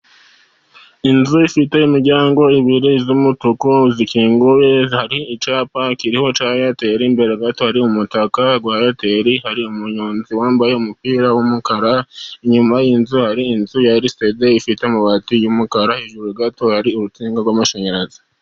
Inzu ifite imiryango ibiri y'umutuku ikinguye, hari icyapa kiriho cya eyateri imbere gato hari umutaka wa eyateri, hari umunyonzi wambaye umupira w'umukara, inyuma y'inzu hari inzu ya erisede ifite amabati y'umukara, hejuru gato hari urutsinga rw'amashanyarazi.